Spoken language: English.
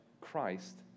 Christ